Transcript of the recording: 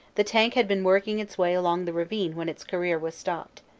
the tank had been working its way along the ravine when its career was stopped.